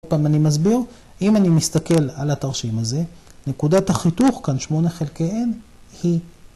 עוד פעם אני מסביר, אם אני מסתכל על התרשים הזה, נקודת החיתוך, כאן שמונה חלקי N, היא...